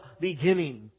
beginning